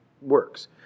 works